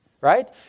right